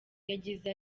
yagize